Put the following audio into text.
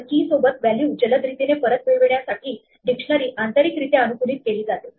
तर key सोबत value जलद रीतीने परत मिळवण्यासाठी डिक्शनरी आंतरिक रित्या अनुकूलित केली जाते